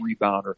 rebounder